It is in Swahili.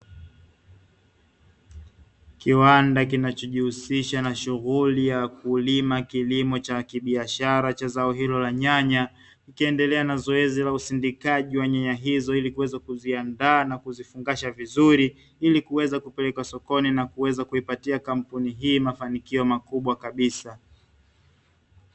Kiwanda kinachojihusisha na shughuli ya kulima kilimo cha kibiashara cha zao hilo la nyanya, ikiendelea na zoezi la usindikaji wa nyanya hizo ili kuweza kuziandaa na kuzifungasha vizuri, ili kuweza kupelekwa sokoni na kuweza kuipatia kampuni hii mafanikio makubwa kabisa.